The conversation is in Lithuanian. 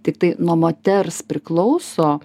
tiktai nuo moters priklauso